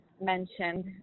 mentioned